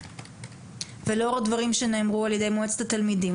ולאור הדברים שנאמרו על-ידי מועצת התלמידים,